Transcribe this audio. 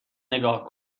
نگاه